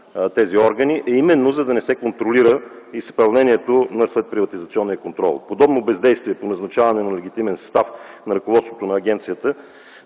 тези органи е именно, за да не се контролира изпълнението на следприватизационния контрол. Подобно бездействие по назначаване на легитимен състав на ръководството на агенцията